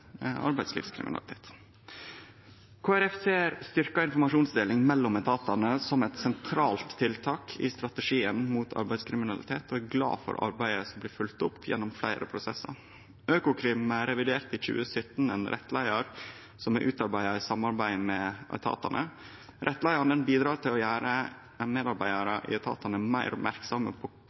arbeidslivskriminalitet. Kristeleg Folkeparti ser styrkt informasjonsdeling mellom etatane som eit sentralt tiltak i strategien mot arbeidslivskriminalitet og er glad for det arbeidet som blir følgt gjennom fleire prosessar. Økokrim reviderte i 2017 ein rettleiar som er utarbeidd i samarbeid med etatane. Rettleiaren bidrar til å gjere medarbeidarane i etatane meir merksame på